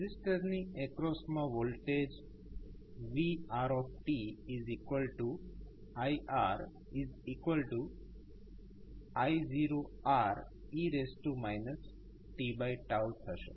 રેઝિસ્ટરની એક્રોસમાં વોલ્ટેજvRiRI0Re t થશે